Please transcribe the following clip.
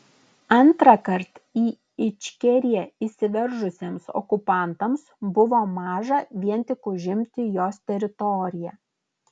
antrąkart į ičkeriją įsiveržusiems okupantams buvo maža vien tik užimti jos teritoriją